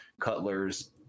Cutler's